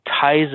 ties